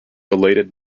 related